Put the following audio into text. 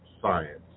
science